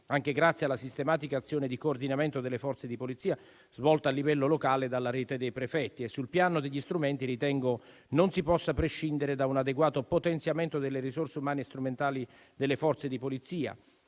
anche grazie alla sistematica azione di coordinamento delle Forze di polizia svolta a livello locale dalla rete dei prefetti. Sul piano degli strumenti ritengo non si possa prescindere da un adeguato potenziamento delle risorse umane strumentali delle Forze di polizia.